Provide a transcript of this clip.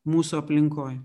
mūsų aplinkoj